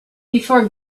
before